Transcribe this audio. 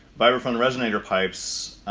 vibraphone resonator pipes.